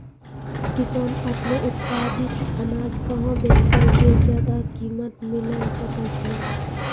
किसान आपनो उत्पादित अनाज कहाँ बेचतै जे ज्यादा कीमत मिलैल सकै छै?